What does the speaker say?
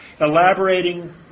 elaborating